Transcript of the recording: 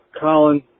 Colin